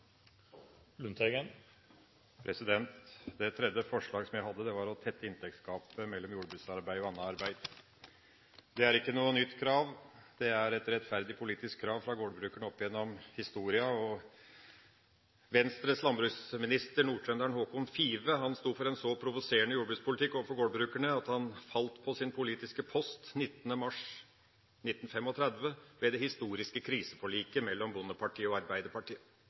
ikke noe nytt krav. Det er et rettferdig politisk krav fra gårdbrukerne opp gjennom historien. Venstres landbruksminister, nordtrønderen Håkon Five, sto for en så provoserende jordbrukspolitikk overfor gårdbrukerne at han falt på sin politiske post 19. mars 1935 ved det historiske kriseforliket mellom Bondepartiet og Arbeiderpartiet.